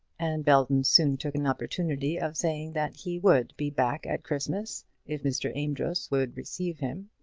and belton soon took an opportunity of saying that he would be back at christmas if mr. amedroz would receive him.